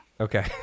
Okay